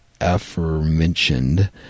aforementioned